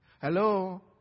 Hello